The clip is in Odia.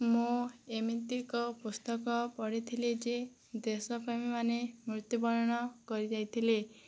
ମୁଁ ଏମିତି ଏକ ପୁସ୍ତକ ପଢ଼ିଥିଲି ଯେ ଦେଶପ୍ରେମୀମାନେ ମୃତ୍ୟୁବରଣ କରିଯାଇଥିଲେ